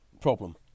problem